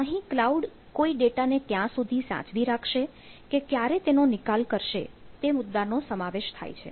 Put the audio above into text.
અહીં ક્લાઉડ કોઈ ડેટાને ક્યાં સુધી સાચવી રાખશે કે ક્યારે તેનો નિકાલ કરશે તે મુદ્દાનો સમાવેશ થાય છે